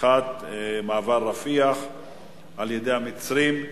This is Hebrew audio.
פתיחת מעבר רפיח על-ידי המצרים,